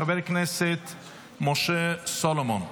של חבר הכנסת משה סולומון.